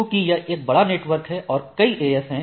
क्योंकि यह एक बड़ा नेटवर्क है और कई AS हैं